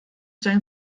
sein